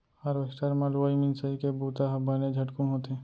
harvester म लुवई मिंसइ के बुंता ह बने झटकुन होथे